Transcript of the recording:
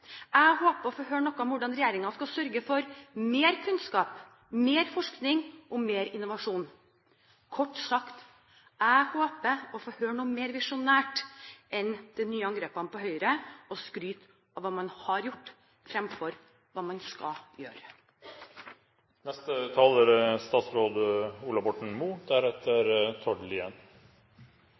Jeg håper å få høre noe om hvordan regjeringen skal sørge for mer kunnskap, mer forskning og mer innovasjon. Kort sagt: Jeg håper å få høre noe mer visjonært enn de nye angrepene på Høyre og skryt av hva man har gjort, fremfor hva man skal gjøre. Jeg tenkte jeg skulle få si noen ord om status på norsk sokkel. Det er